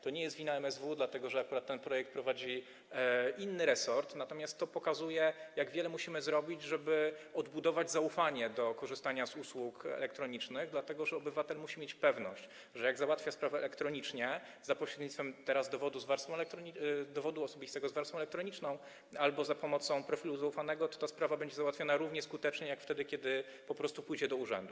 To nie jest wina MSWiA, dlatego że akurat ten projekt prowadzi inny resort, natomiast to pokazuje, jak wiele musimy zrobić, żeby odbudować zaufanie do korzystania z usług elektronicznych, dlatego że obywatel musi mieć pewność, że jak załatwia sprawę elektronicznie, teraz za pośrednictwem dowodu osobistego z warstwą elektroniczną albo za pomocą profilu zaufanego, to ta sprawa będzie załatwiona równie skutecznie jak wtedy, kiedy po prostu pójdzie do urzędu.